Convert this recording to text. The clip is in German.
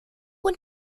und